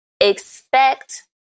expect